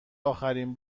اخرین